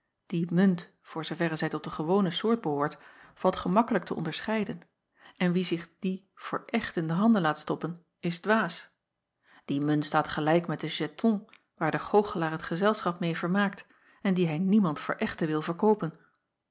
die munt voor zooverre zij tot de gewone soort behoort valt gemakkelijk te onderscheiden en wie zich die voor echt in de handen laat stoppen is dwaas ie munt staat gelijk met de jetons waar de goochelaar het gezelschap meê vermaakt en die hij niemand voor echte wil verkoopen